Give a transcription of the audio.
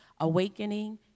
awakening